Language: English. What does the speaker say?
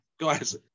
guys